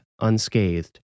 unscathed